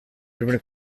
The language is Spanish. primer